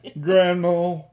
Grandma